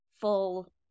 full